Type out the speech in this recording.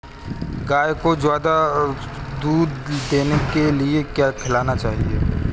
गाय को ज्यादा दूध देने के लिए क्या खिलाना चाहिए?